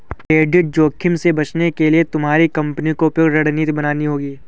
credit जोखिम से बचने के लिए तुम्हारी कंपनी को उपयुक्त रणनीति बनानी होगी